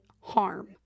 harm